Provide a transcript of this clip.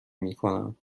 میکنم